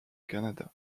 canada